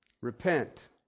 Repent